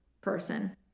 person